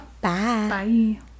Bye